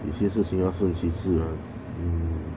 有些事情要顺其自然 mm